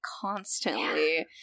constantly